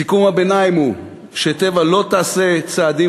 סיכום הביניים הוא ש"טבע" לא תעשה צעדים